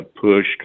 pushed